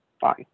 Fine